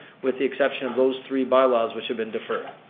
with the exception of those three bylaws, which have been deferred.